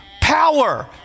power